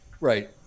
Right